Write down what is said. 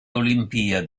olimpiadi